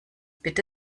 bitte